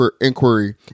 inquiry